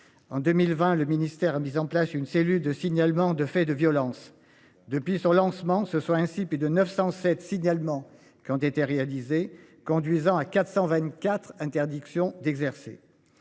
En 2020, le ministère a mis en place une cellule de signalement de faits de violence depuis son lancement, ce soit ainsi, puis de 9107 signalements qui ont été réalisés conduisant à 424, interdiction d'exercer.